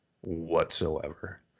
whatsoever